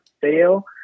fail